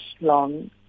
long